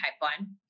pipeline